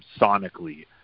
sonically